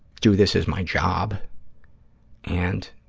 do this as my job and